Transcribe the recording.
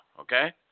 okay